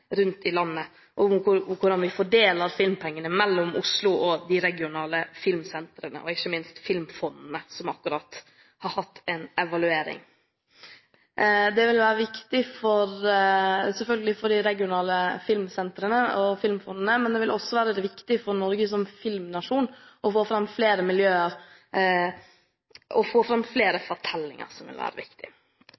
rundt i landet, og hvordan vi fordeler filmpengene mellom Oslo og de regionale filmsentrene og ikke minst filmfondene, som akkurat har hatt en evaluering. Det vil selvfølgelig være viktig for de regionale filmsentrene og filmfondene, men det vil også være viktig for Norge som filmnasjon å få fram flere miljøer og